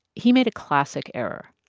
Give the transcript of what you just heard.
he made a classic error,